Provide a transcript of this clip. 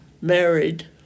married